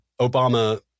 Obama